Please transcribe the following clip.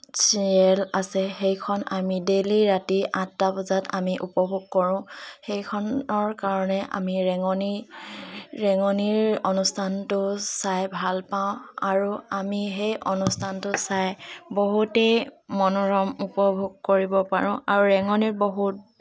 serial আছে সেইখন আমি ডেইলি ৰাতি আঠটা বজাত আমি উপভোগ কৰোঁ সেইখনৰ কাৰণে আমি ৰেঙনি ৰেঙনিৰ অনুষ্ঠানটো চাই ভাল পাওঁ আৰু আমি সেই অনুষ্ঠানটো চাই বহুতেই মনোৰম উপভোগ কৰিব পাৰোঁ আৰু ৰেঙনিত বহুত